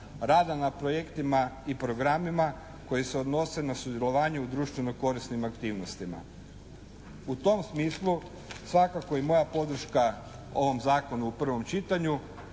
rada na projektima i programima koji se odnose na sudjelovanje u društveno korisnim aktivnostima. U tom smislu svakako i moja podrška ovom Zakonu u prvom čitanju,